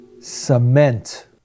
Cement